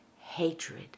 hatred